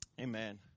amen